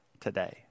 today